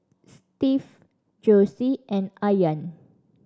Steve Josie and Ayaan